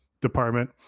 department